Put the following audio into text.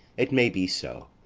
it may be so,